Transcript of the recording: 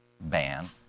ban